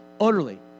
utterly